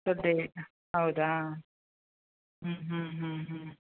ದೊಡ್ಡ ಏರ್ಟಿಲ್ ಹೌದಾ ಹ್ಞೂ ಹ್ಞೂ ಹ್ಞೂ ಹ್ಞೂ